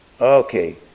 Okay